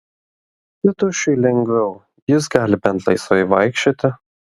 tėtušiui lengviau jis gali bent laisvai vaikščioti